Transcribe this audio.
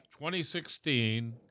2016